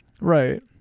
Right